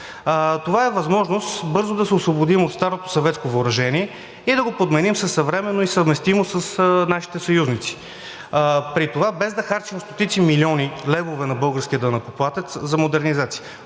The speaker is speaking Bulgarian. Това е възможност бързо да се освободим от старото съветско въоръжение и да го подменим със съвременно и съвместимо с нашите съюзници, при това без да харчим стотици милиони левове на българския данъкоплатец за модернизация.